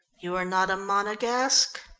you are not monogasque.